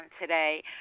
today